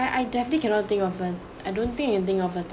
I I definitely cannot think often I don't think anything of a